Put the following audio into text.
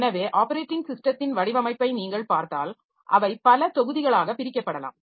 எனவே ஆப்பரேட்டிங் ஸிஸ்டத்தின் வடிவமைப்பை நீங்கள் பார்த்தால் அவை பல தொகுதிகளாக பிரிக்கப்படலாம்